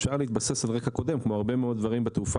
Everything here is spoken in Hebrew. אפשר להתבסס על רקע קודם כמו הרבה מאוד דברים בתעופה